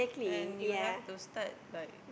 and you have to start like